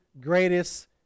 greatest